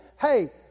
hey